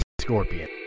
Scorpion